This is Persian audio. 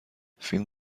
فیلم